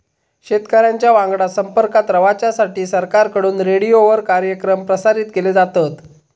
शेतकऱ्यांच्या वांगडा संपर्कात रवाच्यासाठी सरकारकडून रेडीओवर कार्यक्रम प्रसारित केले जातत